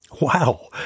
Wow